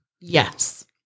Yes